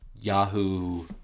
Yahoo